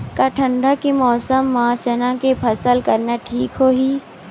का ठंडा के मौसम म चना के फसल करना ठीक होही?